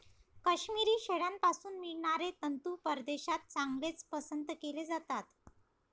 काश्मिरी शेळ्यांपासून मिळणारे तंतू परदेशात चांगलेच पसंत केले जातात